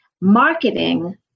marketing